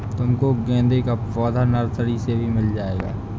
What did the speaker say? तुमको गेंदे का पौधा नर्सरी से भी मिल जाएगा